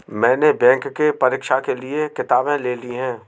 मैने बैंक के परीक्षा के लिऐ किताबें ले ली हैं